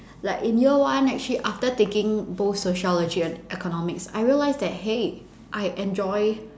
like in year one actually after taking both sociology and economics I realise that !hey! I enjoy